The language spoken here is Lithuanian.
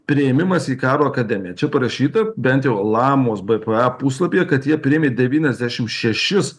priėmimas į karo akademiją čia parašyta bent jau lamos bpa puslapyje kad jie priėmė devyniasdešim šešis